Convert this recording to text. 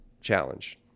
challenge